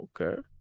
okay